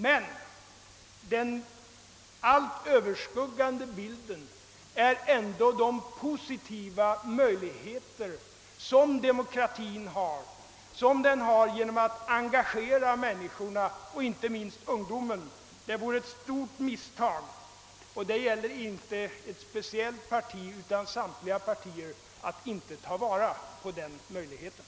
Men den allt överskuggande bilden är ändå de positiva möjligheter som demokratin har genom att engagera människorna, inte minst ungdomen. Det vore ett stort misstag — och där gäller det inte något speciellt parti utan samtliga — att inte ta vara på den möjligheten.